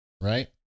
right